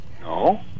No